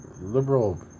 liberal